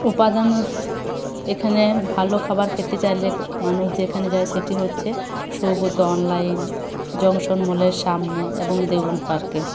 উপাদান এখানে ভালো খাবার খেতে চাইলে মানুষ যেখানে যায় সেটি হচ্ছে সৌগত অনলাইন জংশন মলের সামনে এবং দেউল পার্কে